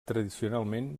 tradicionalment